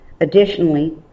Additionally